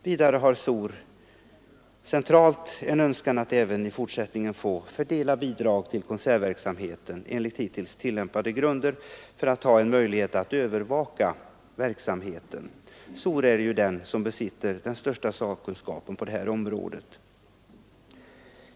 Vidare har SOR centralt en önskan om att även i fortsättningen få fördela bidrag till konsertverksamheten enligt hittills tillämpade grunder för att ha en möjlighet att övervaka verksamheten. SOR besitter ju den stora sakkunskapen på detta område.